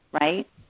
right